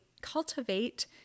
cultivate